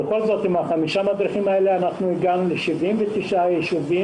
עם חמישה המדריכים האלה במגזר הערבי הגענו ל-79 יישובים